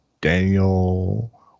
daniel